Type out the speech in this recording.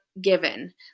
Given